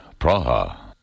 Praha